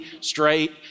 straight